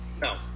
No